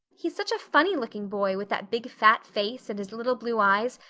he's such a funny-looking boy with that big fat face, and his little blue eyes,